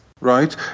Right